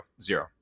zero